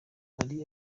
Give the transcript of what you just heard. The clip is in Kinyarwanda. hari